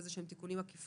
איזה שהם תיקונים עקיפים.